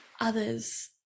others